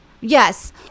Yes